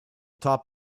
top